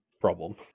problem